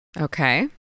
okay